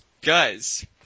guys